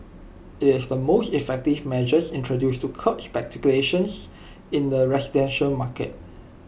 IT is the most effective measure introduced to curb speculation in the residential market